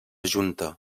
junta